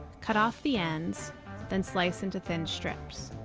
cut off the ends then slice into thin strips.